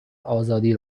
آزادی